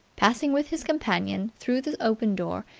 passing with his companion through the open door,